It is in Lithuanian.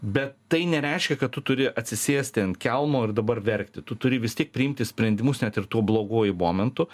bet tai nereiškia kad tu turi atsisėsti ant kelmo ir dabar verkti tu turi vis tiek priimti sprendimus net ir tuo bloguoju momentu